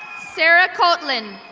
sarah codlin.